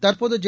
தற்போது ஜெ